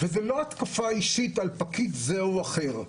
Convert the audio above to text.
וזאת לא התקפה אישית על פקיד כזה או אחר,